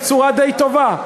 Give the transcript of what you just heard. בצורה די טובה.